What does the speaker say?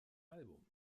album